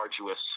arduous